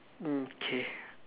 okay